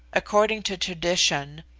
according to tradition,